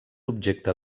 objecte